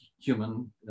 human